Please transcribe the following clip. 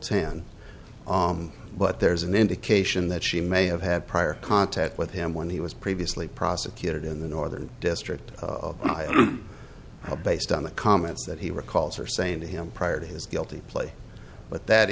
ten but there's an indication that she may have had prior contact with him when he was previously prosecuted in the northern district of ohio based on the comments that he recalls are saying to him prior to his guilty plea but that